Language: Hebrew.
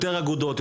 יותר אגודות,